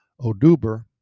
Oduber